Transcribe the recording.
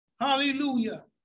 hallelujah